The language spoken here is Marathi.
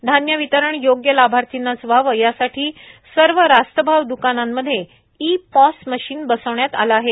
धान्य वितरण योग्य लाभार्थींनाच व्हावी यासाठी सर्व रास्तभाव द्कानांमध्ये ई पॉस मशीन बसविण्यात आले आहे